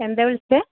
എന്താ വിളിച്ചത്